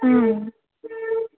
ம்